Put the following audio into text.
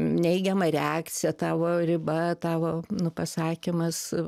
neigiama reakcija tavo riba tavo nu pasakymas